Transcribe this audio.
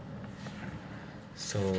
so